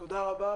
תודה רבה.